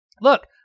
Look